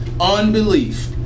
Unbelief